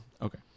Okay